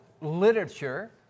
literature